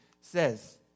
says